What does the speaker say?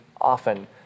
often